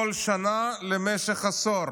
שקלים, בכל שנה, למשך עשור.